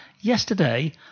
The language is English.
yesterday